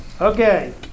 Okay